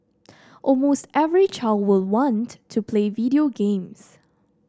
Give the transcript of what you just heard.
almost every child will want to play video games